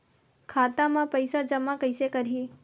खाता म पईसा जमा कइसे करही?